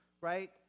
right